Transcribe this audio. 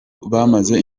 bamaze